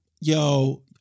yo